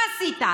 מה עשית?